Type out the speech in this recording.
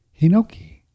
Hinoki